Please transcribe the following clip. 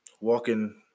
walking